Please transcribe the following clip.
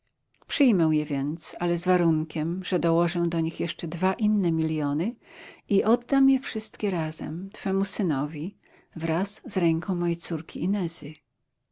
je więc ale z warunkiem ze dołożę do nich jeszcze dwa inne miliony i oddam je wszystkie razem twemu synowi wraz z ręką mojej córki